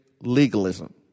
legalism